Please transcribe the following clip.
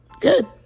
good